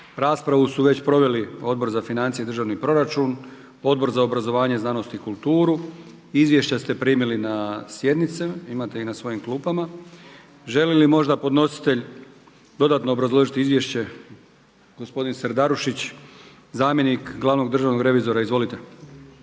Raspravu su već proveli Odbor za financije i državni proračun, Odbor za obrazovanje, znanost i kulturu. Izvješća ste primili na sjednici, imate ih na svojim klupama. Želi li možda podnositelj dodatno obrazložiti izvješće? Gospodin Serdarušić zamjenik glavnog državnog revizora. Izvolite.